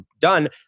done